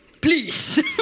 please